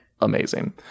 amazing